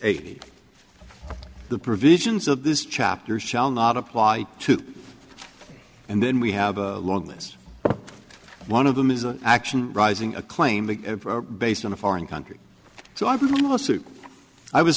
aig the provisions of this chapter shall not apply to and then we have a long list one of them is an action rising a claim the based on a foreign country so i